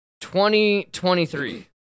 2023